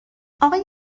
آقای